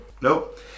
Nope